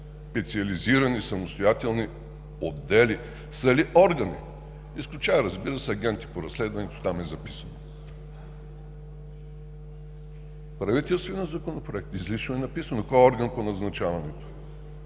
специализирани самостоятелни отдели, са ли органи? Изключая, разбира се, агенти по разследването – там е записано. В правителствения законопроект изрично е записано кой е орган по назначаването